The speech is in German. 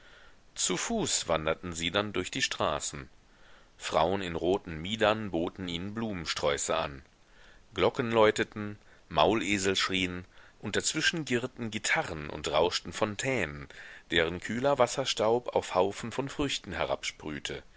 zu fuß wanderten sie dann durch die straßen frauen in roten miedern boten ihnen blumensträuße an glocken läuteten maulesel schrien und dazwischen girrten gitarren und rauschten fontänen deren kühler wasserstaub auf haufen von früchten